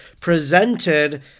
presented